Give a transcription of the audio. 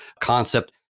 concept